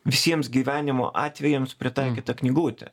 visiems gyvenimo atvejams pritaikyta knygutė